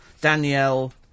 Danielle